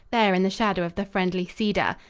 there in the shadow of the friendly cedar.